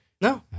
no